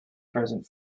present